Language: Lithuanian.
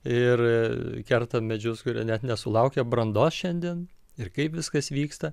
ir kertant medžius kurie net nesulaukę brandos šiandien ir kaip viskas vyksta